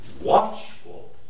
watchful